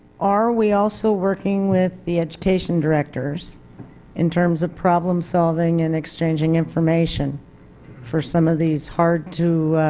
are we also working with the education directors in terms of problem-solving and exchanging information for some of these hard to